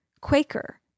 Quaker